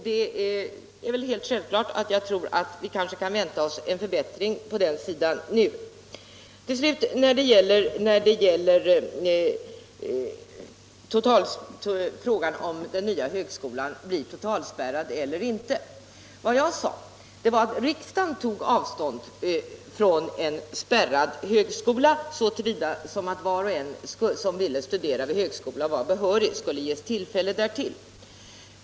Det är självklart att jag tror att vi nu kan vänta oss en förbättring på den punkten. Så till sist till frågan om den nya högskolan blir totalspärrad eller inte. Vad jag sade var att riksdagen tog avstånd från en spärrad högskola - var och en som ville studera vid högskola och var behörig skulle ges tillfälle därtill.